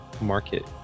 market